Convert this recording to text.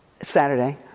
Saturday